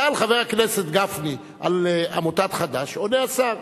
שאל חבר הכנסת גפני על עמותת חדו"ש, עונה השר.